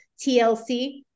TLC